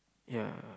yeah